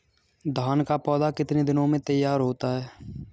धान का पौधा कितने दिनों में तैयार होता है?